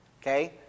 Okay